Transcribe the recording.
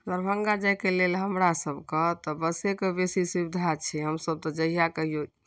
दरभंगा जायके लेल हमरा सभकेँ तऽ बसेके बेसी सुविधा छै हमसभ तऽ जहिया कहियो